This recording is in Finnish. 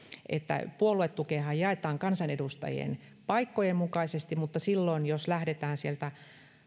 että puoluetukeahan jaetaan kansanedustajien paikkojen mukaisesti mutta silloin jos lähdetään sieltä